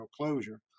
closure